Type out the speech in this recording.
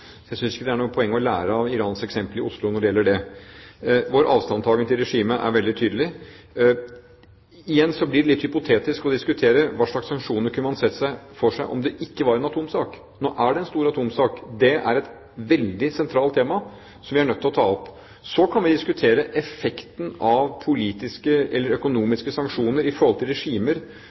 Jeg synes ikke det er noe poeng å lære av det iranske eksemplet i Oslo når det gjelder det. Vår avstandtagen til regimet er veldig tydelig. Igjen: Det blir litt hypotetisk å diskutere hva slags sanksjoner man kunne sett for seg om det ikke var en atomsak. Nå er det en stor atomsak. Det er et veldig sentralt tema som vi er nødt til å ta opp. Så kan vi diskutere effekten av politiske eller økonomiske sanksjoner